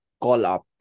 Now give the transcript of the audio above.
call-up